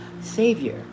Savior